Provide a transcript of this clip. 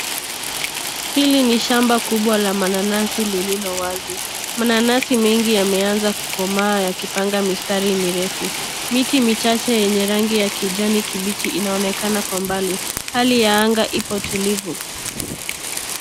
Hili ni shamba kubwa la mananasi lililo wazi. Mananasi mengi yameanza kukomaa yakipanga mistari mirefu. Miti michache yenye rangi ya kijani kibichi, inaonekana kwa mbali. Hali ya anga ipo tulivu.